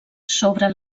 sobre